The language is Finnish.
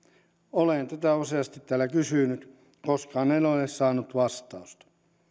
olen tätä useasti täällä kysynyt koskaan en ole saanut vastausta